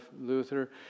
Luther